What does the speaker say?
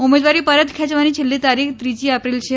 ઉમેદવારી પરત ખેંચવાની છેલ્લી તારીખ ત્રીજી એપ્રિલ છે